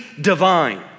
divine